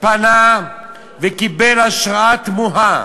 פנה וקיבל הרשאה תמוהה